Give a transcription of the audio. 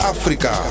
Africa